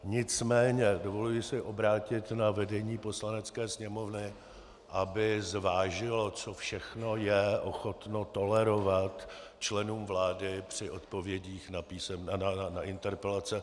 Nicméně dovoluji si obrátit se na vedení Poslanecké sněmovny, aby zvážilo, co všechno je ochotno tolerovat členům vlády při odpovědích na interpelace.